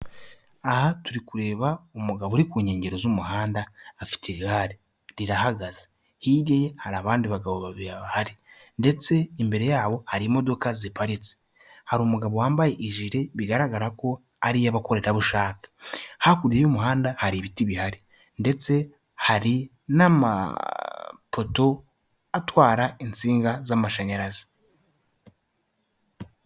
Aha turi kureba umugabo uri ku nkengero z'umuhanda afite igare rirahagaze, hirya ye hari abandi bagabo babiri bahari ndetse imbere yabo hari imodoka ziparitse, hari umugabo wambaye ijire bigaragara ko ari iy'abakorerabushake, hakurya y'umuhanda hari ibiti bihari ndetse hari n'amapoto atwara insinga z'amashanyarazi.